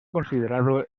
considerado